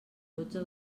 dotze